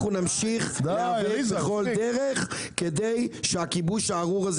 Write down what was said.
אנחנו נמשיך בכל דרך כדי שהכיבוש הארור הזה